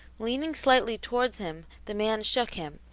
leaning slightly towards him, the man shook him,